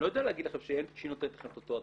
אני לא יודע להגיד לכן שהיא נותנת לכן את אותו הדבר.